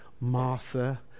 Martha